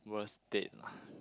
worst date lah